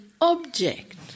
object